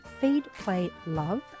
feedplaylove